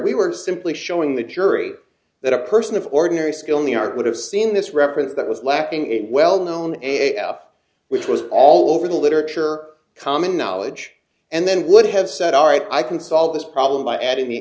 we were simply showing the jury that a person of ordinary skill in the art would have seen this reference that was lacking in a well known which was all over the literature common knowledge and then would have said all right i can solve this problem by adding the